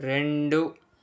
రెండు